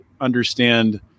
understand